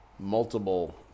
multiple